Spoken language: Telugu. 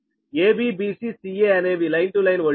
ABBCCA అనేవి లైన్ టు లైన్ ఓల్టేజ్ లు